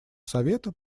совета